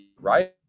right